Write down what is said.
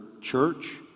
church